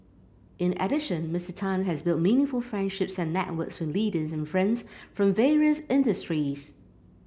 in addition Mister Tan has built meaningful friendships and networks with leaders and friends from various industries